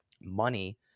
money